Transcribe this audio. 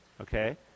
Okay